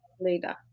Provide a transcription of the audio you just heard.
leader